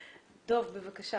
חבר הכנסת דב חנין, בבקשה.